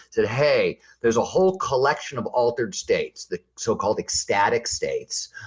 said, hey, there's a whole collection of altered states. the so-called ecstatic states,